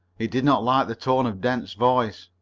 he did not like the tone of dent's voice.